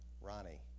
Ronnie